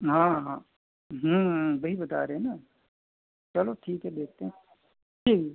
हाँ हाँ वही बता रहे ना चलो ठीक है देखते हैं ठीक